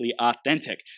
Authentic